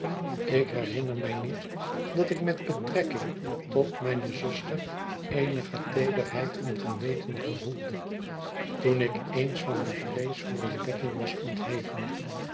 ik herinner mij niet dat ik met betrekking tot mijne zuster eenige teederheid van geweten gevoelde toen ik eens van de vrees voor ontdekking was ontheven